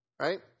right